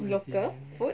local food